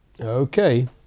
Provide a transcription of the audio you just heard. Okay